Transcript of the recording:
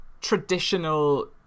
traditional